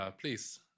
please